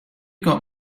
got